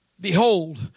Behold